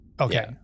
Okay